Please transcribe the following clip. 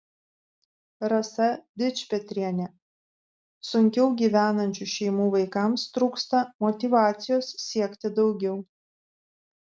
rasa dičpetrienė sunkiau gyvenančių šeimų vaikams trūksta motyvacijos siekti daugiau